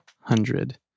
hundred